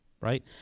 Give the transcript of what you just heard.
right